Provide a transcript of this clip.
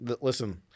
Listen